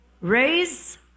Raise